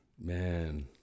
Man